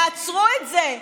תעצרו את זה.